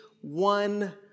one